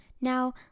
Now